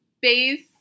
base